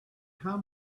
how